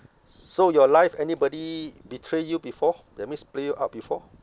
s~ so your life anybody betray you before that means play you up before